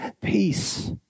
peace